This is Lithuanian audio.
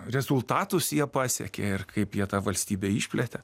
rezultatus jie pasiekė ir kaip jie tą valstybę išplėtė